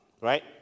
right